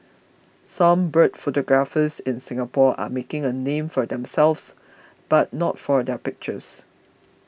some bird photographers in Singapore are making a name for themselves but not for their pictures